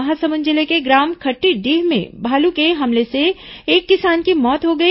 महासमुंद जिले के ग्राम खट्टीडीह में भालू के हमले से एक किसान की मौत हो गई